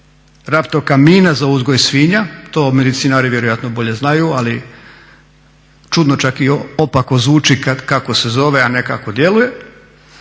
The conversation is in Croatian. raptokamina za uzgoj svinja. To medicinari vjerojatno bolje znaju, ali čudno čak i opako zvuči kad kako se zove, a ne kako djeluje.